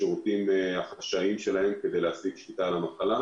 בשירותים החשאיים שלהן כדי להשיג שליטה על המחלה.